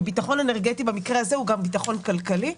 ביטחון אנרגטי במקרה הזה הוא גם ביטחון כלכלי.